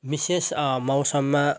विशेष मौसममा